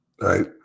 right